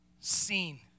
seen